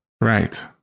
Right